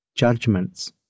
Judgments